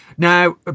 Now